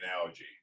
analogy